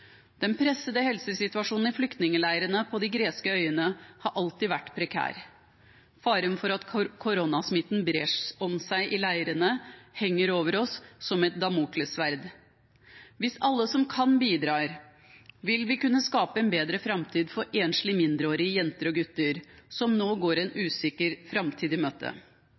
Den pressede helsesituasjonen i flyktningleirene på de greske øyene har alltid vært prekær. Faren for at koronasmitten brer seg i leirene, henger over oss som et damoklessverd. Hvis alle som kan, bidrar, vil vi kunne skape en bedre framtid for enslige mindreårige jenter og gutter som nå går en usikker framtid i møte.